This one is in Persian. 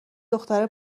دختره